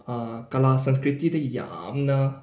ꯀꯂꯥ ꯁꯪꯁ꯭ꯀ꯭ꯔꯤꯇꯤꯗ ꯌꯥꯝꯅ